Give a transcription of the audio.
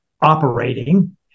operating